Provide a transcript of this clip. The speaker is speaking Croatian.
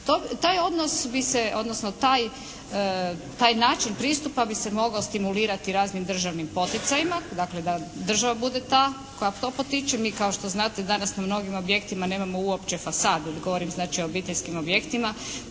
taj način pristupa bi se mogao stimulirati raznim državnim poticajima, dakle da država bude ta koja to potiče. Mi kao što znate danas na mnogim objektima nemamo uopće fasadu, govorim znači o obiteljskim objektima